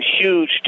huge